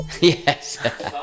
Yes